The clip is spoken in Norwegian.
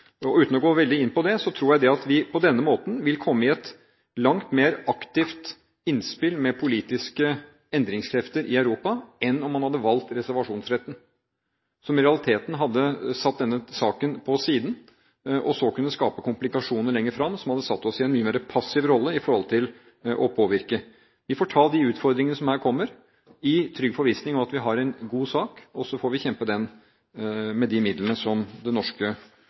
Uten å gå veldig inn på det tror jeg at vi på denne måten vil komme i et langt mer aktivt innspill med politiske endringskrefter i Europa enn om man hadde valgt reservasjonsretten, som i realiteten hadde satt denne saken på siden, og så kunne skapt komplikasjoner lenger fram som hadde satt oss i en mye mer passiv rolle i forhold til det å påvirke. Vi får ta de utfordringene som her kommer, i trygg forvissning om at vi har en god sak. Og så får vi kjempe den med de midlene som det norske